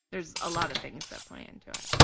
there's a lot of things that play into it.